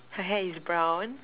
her hair is brown